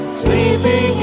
sleeping